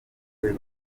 kwe